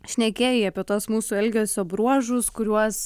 šnekėjai apie tuos mūsų elgesio bruožus kuriuos